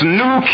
new